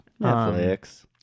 Netflix